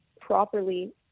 properly